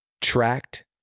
tracked